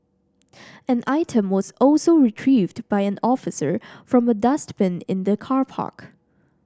an item was also retrieved by an officer from a dustbin in the car park